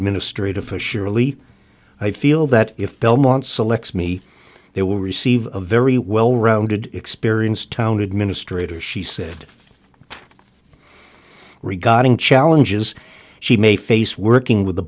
administrative for surely i feel that if belmont selects me they will receive a very well rounded experienced town administrator she said regarding challenges she may face working with the